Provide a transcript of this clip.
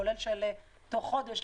כולל תוך חודש,